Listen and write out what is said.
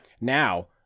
Now